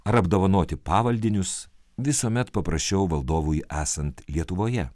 ar apdovanoti pavaldinius visuomet paprasčiau valdovui esant lietuvoje